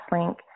link